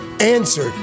answered